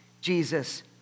Jesus